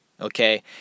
okay